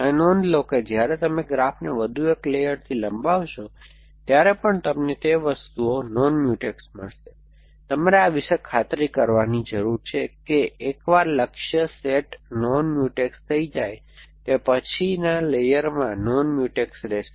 હવે નોંધ લો કે જ્યારે તમે ગ્રાફને વધુ એક લેયરથી લંબાવશો ત્યારે પણ તમને તે વસ્તુઓ નોન મ્યુટેક્સ મળશે તમારે આ વિશે ખાતરી કરવાની જરૂર છે કે એકવાર લક્ષ્ય સેટ નૉન મ્યુટેક્સ થઈ જાય તે પછીના લેયરમાં નોન મ્યુટેક્સ રહેશે